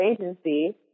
agency